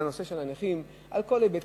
זה הנושא של הנכים על כל היבטיו.